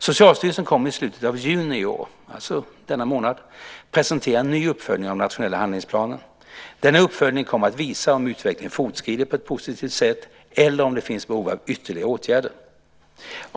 Socialstyrelsen kommer i slutet av juni i år, alltså i denna månad, att presentera en ny uppföljning av nationella handlingsplanen. Denna uppföljning kommer att visa om utvecklingen fortskrider på ett positivt sätt eller om det finns behov av ytterligare åtgärder.